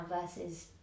versus